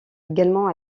également